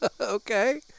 okay